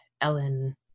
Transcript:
Ellen